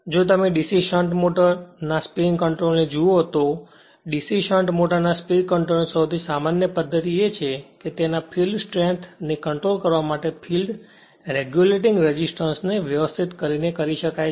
જો તમે DC shunt motor ના સ્પીડ કંટ્રોલ ને જુઓ તો ડીસી શંટ મોટરના સ્પીડ કંટ્રોલની સૌથી સામાન્ય પદ્ધતિ એ છે તેના ફિલ્ડ સ્ટ્રેન્થ ને કંટ્રોલ કરવા માટે ફિલ્ડ રેગુલેટિંગ રેસિસ્ટન્સ ને વ્યવસ્થિત કરીને કરી શકાય છે